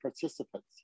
participants